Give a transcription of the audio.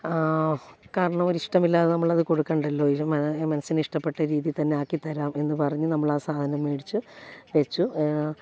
കാരണം ഒരു ഇഷ്ടമില്ലാതെ നമ്മളത് കൊടുക്കേണ്ടല്ലോ മനസ്സിന് ഇഷ്ടപ്പെട്ട രീതിയിൽത്തന്നെ ആക്കിത്തരാം എന്നു പറഞ്ഞ് നമ്മളാ സാധനം മേടിച്ചു വെച്ച്